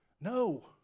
No